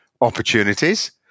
opportunities